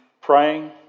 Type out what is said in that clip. praying